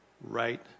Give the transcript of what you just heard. right